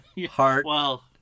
heart